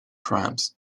crabs